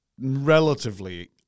relatively